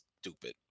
stupid